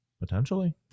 Potentially